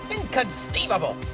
Inconceivable